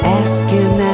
asking